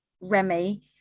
remy